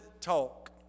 talk